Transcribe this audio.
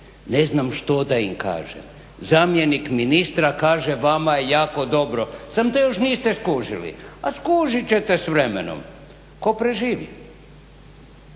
Ne znam što da im kažem. Zamjenik ministra kaže vama je jako dobro, samo to još niste skužili, a skužit ćete s vremenom, tko preživi.